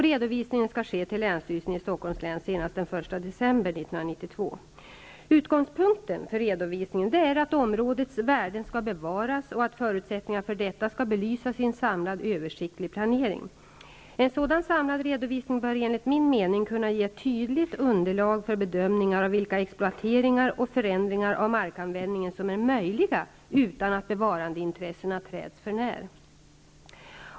Redovisningen skall ske till länsstyrelsen i Stockholms län senast den 1 december 1992. Utgångspunkten för redovisningen är att områdets värden skall bevaras och att förutsättningarna för detta skall belysas i en samlad översiktlig plane ring. En sådan samlad redovisning bör enligt min mening kunna ge ett tydligt underlag för bedöm ningar av vilka exploateringar och förändringar av markanvändningen som är möjliga utan att be varandeintressena träds för när.